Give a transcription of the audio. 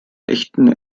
echten